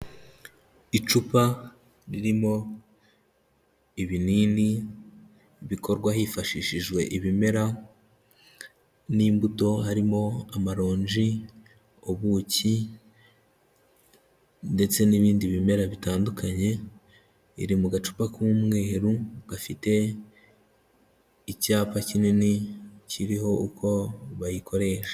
Icupa ririmo ibinini bikorwa hifashishijwe ibimera n'imbuto, harimo amaronji, ubuki ndetse n'ibindi bimera bitandukanye, iri mu gacupa k'umweru, gafite icyapa kinini kiriho uko bayikoresha.